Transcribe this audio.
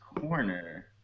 corner